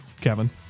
Kevin